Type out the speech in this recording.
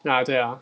ya 对啊